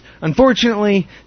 unfortunately